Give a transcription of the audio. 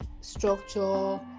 structure